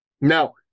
Now